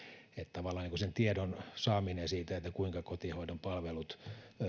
tavallaan sen tiedon saaminen siitä kuinka kotihoidon palvelut